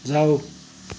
जाऊ